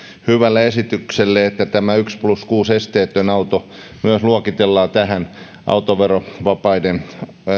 hyvälle esitykselle että tämä esteetön yksi plus kuusi auto myös luokitellaan tähän autoverovapaiden